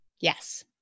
Yes